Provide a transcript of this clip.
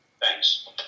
thanks